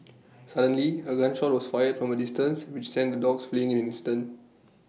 suddenly A gun shot was fired from A distance which sent the dogs fleeing in an instant